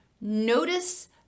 notice